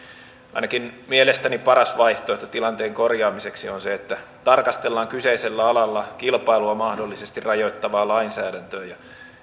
ainakin mielestäni paras vaihtoehto tilanteen korjaamiseksi on se että tarkastellaan kyseisellä alalla kilpailua mahdollisesti rajoittavaa lainsäädäntöä ja